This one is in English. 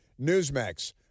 newsmax